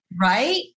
Right